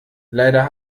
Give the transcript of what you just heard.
leider